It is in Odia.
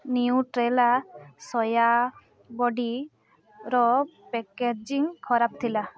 ନ୍ୟୁଟ୍ରେଲା ସୋୟା ବଡ଼ିର ପ୍ୟାକେଜିଂ ଖରାପ ଥିଲା